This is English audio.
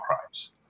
crimes